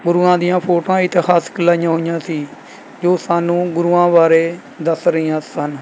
ਗੁਰੂਆਂ ਦੀਆਂ ਫੋਟੋਆਂ ਇਤਿਹਾਸਕ ਲਾਈਆ ਹੋਈਆਂ ਸੀ ਜੋ ਸਾਨੂੰ ਗੁਰੂਆਂ ਬਾਰੇ ਦੱਸ ਰਹੀਆਂ ਸਨ